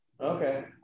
okay